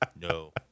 no